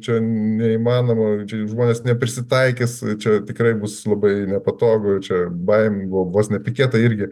čia neįmanoma čia žmonės neprisitaikys čia tikrai bus labai nepatogu čia baimė buvo vos ne piketai irgi